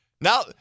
Now